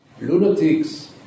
lunatics